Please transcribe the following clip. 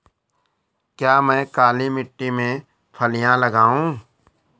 क्या मैं काली मिट्टी में फलियां लगाऊँ?